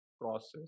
process